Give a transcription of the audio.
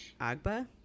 Agba